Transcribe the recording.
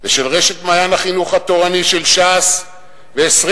ושל רשת "מעיין החינוך התורני" של ש"ס ב-20%,